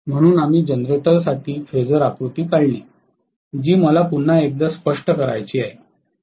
म्हणून आम्ही जनरेटरसाठी फेजर आकृती काढली जी मला पुन्हा एकदा स्पष्ट करायची आहे